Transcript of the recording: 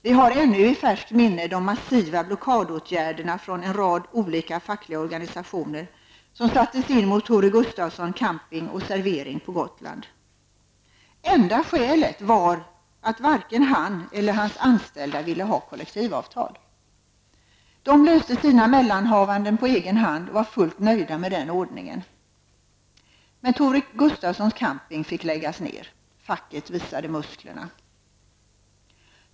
Vi har ännu i färskt minne de massiva blockadåtgärder från en rad olika fackliga organisationer som sattes in mot Tore Gustafssons camping och servering på Gotland. Enda skälet var att varken han eller hans anställda ville ha kollektivavtal. De löste sina mellanhavanden på egen hand och var fullt nöjda med den ordningen. Facket visade musklerna.